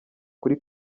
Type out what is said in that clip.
kuri